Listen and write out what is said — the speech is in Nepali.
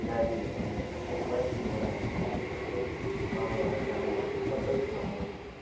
गाडीहरू आउन सक्छ बाइक घोडाहरू आउन सक्छ मालवाहक गाडीहरू सबैकुरो आउन सक्छ